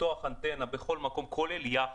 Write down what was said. לפתוח אנטנה בכל מקום כולל יכטה,